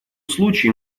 случае